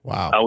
Wow